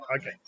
Okay